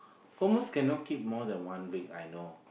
almost cannot keep more than one week I know